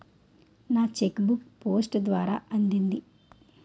నా cheque book post ద్వారా అందింది